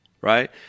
right